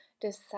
decide